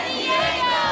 Diego